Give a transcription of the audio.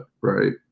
Right